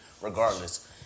regardless